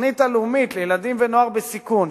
בתוכנית הלאומית לילדים ונוער בסיכון,